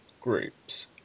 groups